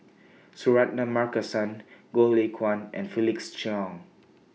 Suratman Markasan Goh Lay Kuan and Felix Cheong